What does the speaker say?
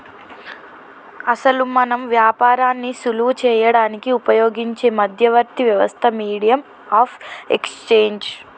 అసలు మనం వ్యాపారాన్ని సులువు చేయడానికి ఉపయోగించే మధ్యవర్తి వ్యవస్థ మీడియం ఆఫ్ ఎక్స్చేంజ్